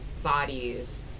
bodies